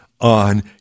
on